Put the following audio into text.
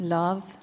love